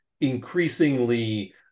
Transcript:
increasingly